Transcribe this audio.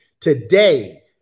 Today